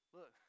Look